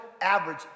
average